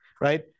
right